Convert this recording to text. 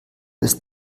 ist